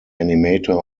animator